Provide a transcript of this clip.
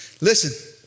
Listen